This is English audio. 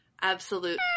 Absolute